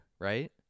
right